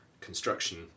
construction